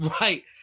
Right